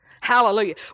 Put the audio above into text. Hallelujah